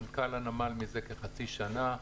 מנכ"ל הנמל מזה כחצי שנה.